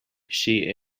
she